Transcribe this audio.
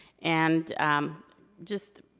and just,